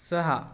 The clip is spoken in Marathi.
सहा